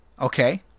okay